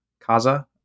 Kaza